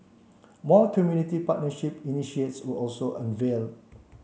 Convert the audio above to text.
more community partnership were also unveiled